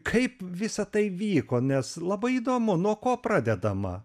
kaip visa tai vyko nes labai įdomu nuo ko pradedama